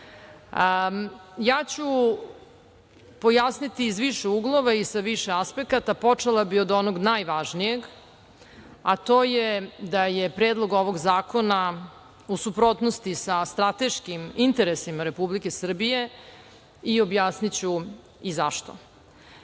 bora. Pojasniću iz više uglova i sa više aspekata. Počela bih od onog najvažnijeg, a to je da je Predlog ovog zakona u suprotnosti sa strateškim interesima Republike Srbije i objasniću i zašto. Pre